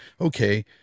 okay